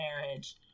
marriage